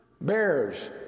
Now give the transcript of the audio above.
bears